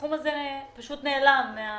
הסכום הזה נעלם מהתקציב.